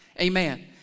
Amen